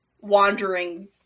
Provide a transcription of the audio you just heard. wandering